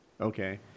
Okay